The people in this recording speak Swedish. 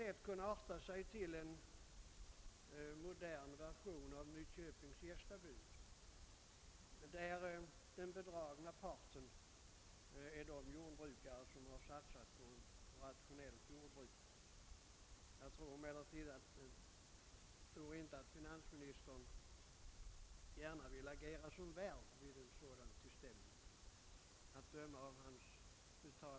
Det kan lätt arta sig till att bli en modern version av Nyköpings gästabud där den bedragna parten är de jordbrukare som har satsat på ett rationellt jordbruk. Att döma av finansministerns uttalande i Malmö tror jag dock inte att han vill agera som värd vid en sådan tillställning.